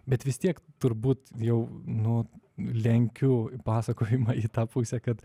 bet vis tiek turbūt jau nu lenkiu pasakojimą į tą pusę kad